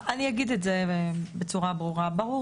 אני אגיד את זה בצורה ברורה,